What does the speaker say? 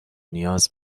نیاز